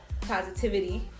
Positivity